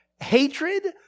hatred